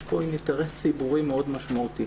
יש פה אינטרס ציבורי מאוד משמעותי.